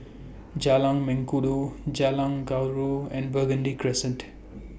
Jalan Mengkudu Jalan Gaharu and Burgundy Crescent